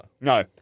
No